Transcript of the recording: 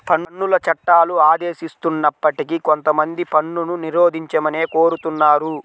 పన్నుల చట్టాలు ఆదేశిస్తున్నప్పటికీ కొంతమంది పన్నును నిరోధించమనే కోరుతున్నారు